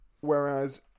Whereas